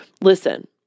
Listen